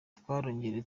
twarongeye